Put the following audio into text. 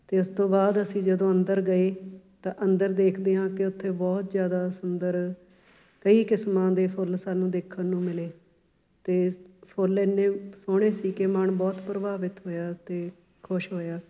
ਅਤੇ ਉਸ ਤੋਂ ਬਾਅਦ ਅਸੀਂ ਜਦੋਂ ਅੰਦਰ ਗਏ ਤਾਂ ਅੰਦਰ ਦੇਖਦੇ ਹਾਂ ਕਿ ਉੱਥੇ ਬਹੁਤ ਜ਼ਿਆਦਾ ਸੁੰਦਰ ਕਈ ਕਿਸਮਾਂ ਦੇ ਫੁੱਲ ਸਾਨੂੰ ਦੇਖਣ ਨੂੰ ਮਿਲੇ ਅਤੇ ਫੁੱਲ ਐਨੇ ਸੋਹਣੇ ਸੀ ਕਿ ਮਨ ਬਹੁਤ ਪ੍ਰਭਾਵਿਤ ਹੋਇਆ ਅਤੇ ਖੁਸ਼ ਹੋਇਆ